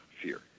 fear